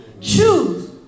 Choose